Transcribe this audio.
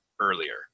earlier